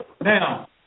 Now